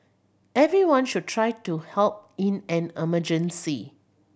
everyone should try to help in an emergency